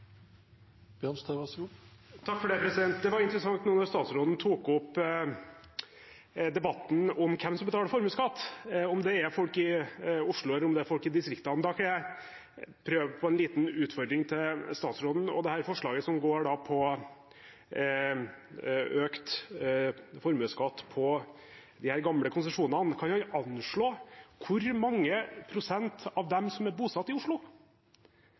Det var interessant nå når statsråden tok opp debatten om hvem som betaler formuesskatt, om det er folk i Oslo eller folk i distriktene. Da kan jeg prøve på en liten utfordring til statsråden. Når det gjelder dette forslaget som går på økt formuesskatt på disse gamle konsesjonene, kan han anslå hvor mange prosent av dem som er bosatt i Oslo?